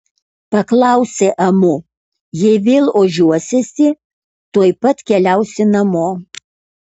paklausė amu jei vėl ožiuosiesi tuoj pat keliausi namo